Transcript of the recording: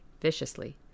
viciously